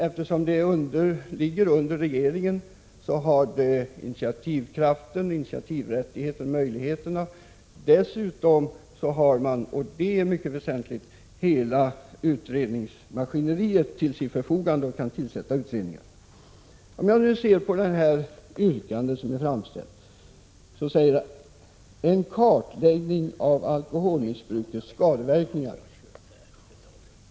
Eftersom rådet ligger under regeringen har det både kraft, möjligheter och rätt att ta initiativ. Dessutom har man — och det är mycket väsentligt — hela utredningsmaskineriet till sitt förfogande och kan tillsätta utredningar. I det yrkande som framställts föreslås ”en kartläggning av alkoholmissbrukets skadeverkningar”.